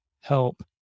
help